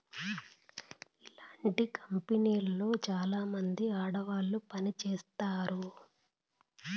ఇలాంటి కంపెనీలో చాలామంది ఆడవాళ్లు పని చేత్తారు